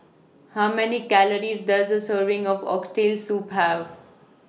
How Many Calories Does A Serving of Oxtail Soup Have